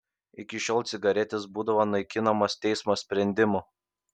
iki šiol cigaretės būdavo naikinamos teismo sprendimu